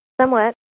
Somewhat